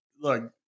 look